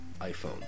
iphone